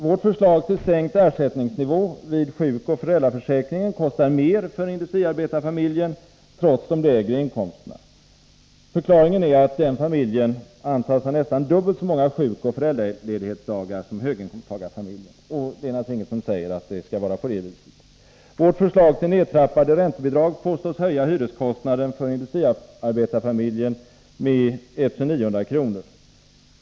Vårt förslag till sänkt ersättningsnivå i sjukoch föräldraförsäkringen beräknas kosta mer för industriarbetarfamiljen, trots de lägre inkomsterna. Förklaringen är att den familjen antas ha nästan dubbelt så många sjukoch föräldraledighetsdagar som höginkomsttagarfamiljen. Det finns naturligtvis ingenting som säger att det skall vara på det viset. Vårt förslag till nedtrappade räntebidrag påstås höja hyreskostnaden för industriarbetarfamiljen med 1 900 kr.